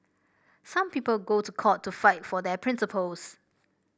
some people go to court to fight for their principles